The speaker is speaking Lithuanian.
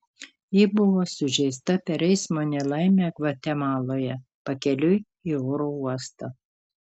ji buvo sužeista per eismo nelaimę gvatemaloje pakeliui į oro uostą